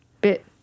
bit